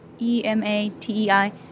E-M-A-T-E-I